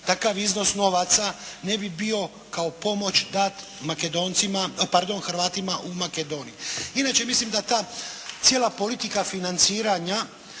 takav iznos novaca ne bi bio kao pomoć dat Makedoncima, pardon Hrvatima u Makedoniji. Inače, mislim da ta cijela politika financiranja